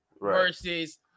versus